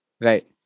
Right